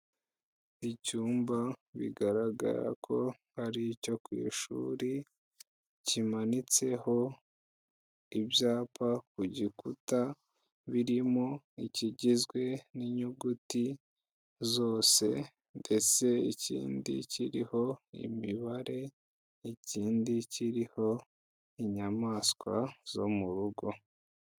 Icyumba bigaragara ko hari icyo ku ishuri, kimanitseho ibyapa ku gikuta, birimo ikigizwe n'inyuguti zose ndetse ikindi kiriho imibare, ikindi kiriho inyamaswa zo mu rugo.